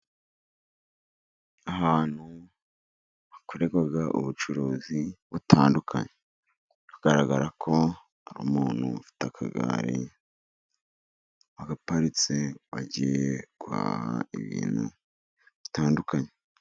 Ahantu hakorerwa ubucuruzi butandukanye hagaragara ko ari umuntu ufite akagare agaparitse, agiye kureba ibintu bitandukanye.